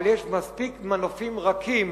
אבל יש מספיק מנופים רכים,